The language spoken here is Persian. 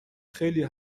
خیلی